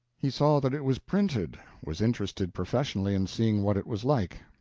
he saw that it was printed was interested professionally in seeing what it was like.